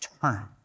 turn